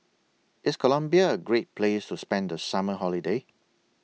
IS Colombia A Great Place to spend The Summer Holiday